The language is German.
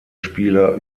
spieler